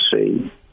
see